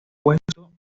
puesto